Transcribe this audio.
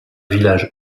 village